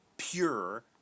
pure